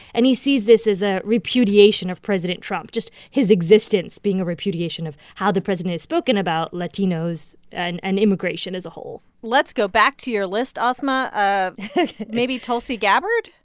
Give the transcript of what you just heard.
and he sees this as a repudiation of president trump, just his existence being a repudiation of how the president has spoken about latinos and and immigration as a whole let's go back to your list, asma. maybe tulsi gabbard?